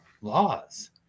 laws